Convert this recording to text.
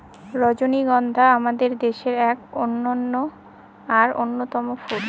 রজনীগন্ধা আমাদের দেশের এক অনন্য আর অন্যতম ফুল